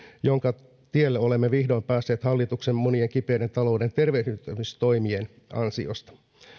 jonka tielle olemme vihdoin päässeet hallituksen monien kipeiden talouden tervehdyttämistoimien ansiosta